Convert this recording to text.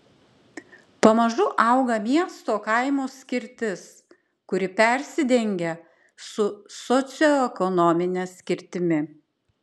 pamažu auga miesto kaimo skirtis kuri persidengia su socioekonomine skirtimi